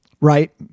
Right